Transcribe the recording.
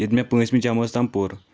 ییٚتِہ مےٚ پونٛژمہِ جَمٲژ تام پوٚر